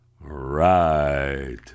Right